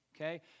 okay